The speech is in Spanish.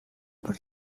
por